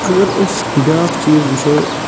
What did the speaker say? اگر أسۍ بیاکھ چیٖز وٕچھَو